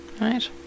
Right